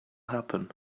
happen